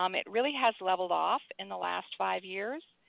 um it really has levelled off in the last five years.